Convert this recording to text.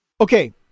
Okay